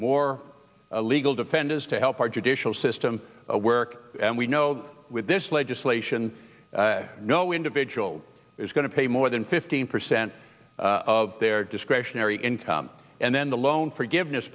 more legal defendants to help our judicial system work and we know with this legislation no individual is going to pay more than fifteen percent of their discretionary income and then the loan forgiveness